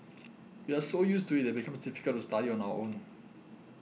we are so used to it it becomes difficult to study on our own